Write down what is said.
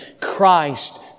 Christ